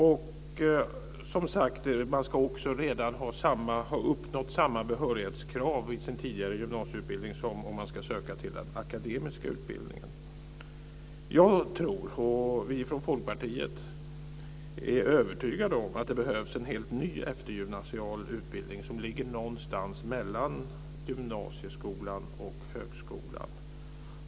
Man ska som sagt också ha uppnått samma behörighetskrav i sin tidigare gymnasieutbildning som om man ska söka till den akademiska utbildningen. Jag tror - vi ifrån Folkpartiet är övertygade - att det behövs en helt ny eftergymnasial utbildning som ligger någonstans mellan gymnasieskolan och högskolan.